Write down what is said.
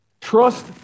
Trust